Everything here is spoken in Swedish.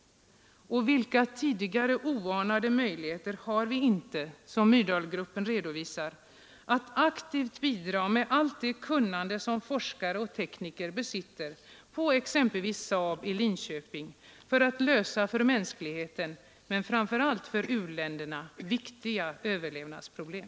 Och vilka tidigare oanade möjligheter har vi inte — som Myrdalgruppen redovisar, att aktivt bidra med allt det kunnande som forskare och tekniker besitter, exempelvis vid SAAB i Linköping, för att lösa för mänskligheten men framför allt för u-länderna viktiga överlevnadsproblem.